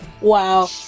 Wow